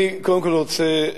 אני קודם כול רוצה,